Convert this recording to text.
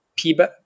Piba